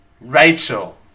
Rachel